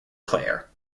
clare